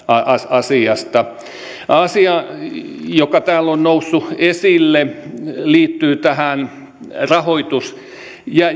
asiasta asia joka täällä on noussut esille liittyy tähän rahoitusjärjestelmään ja